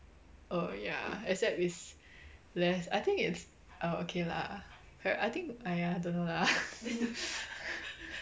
err ya except it's less I think it's oh okay lah err I think !aiya! don't know lah